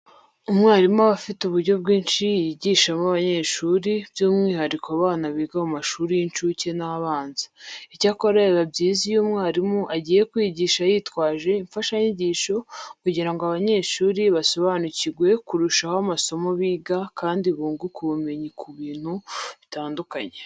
Umwarimu aba afite uburyo bwinshi yigishamo abanyeshuri by'umwihariko abana biga mu mashuri y'incuke n'abanza. Icyakora biba byiza iyo umwarimu agiye kwigisha yitwaje imfashanyigisho kugira abanyeshuri basobanukirwe kurushaho amasomo biga kandi bunguke ubumenyi ku bintu bitandukanye.